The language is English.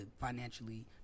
financially